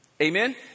Amen